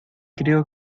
creo